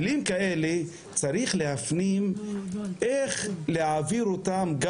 צריך להפנים איך להעביר מילים כאלה,